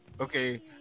okay